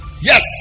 yes